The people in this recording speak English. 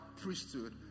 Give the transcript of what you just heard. priesthood